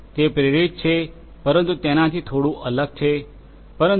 તે પ્રેરિત છે પરંતુ તેનાથી થોડું અલગ છે પરંતુ ડી